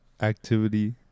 activity